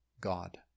God